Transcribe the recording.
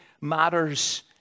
matters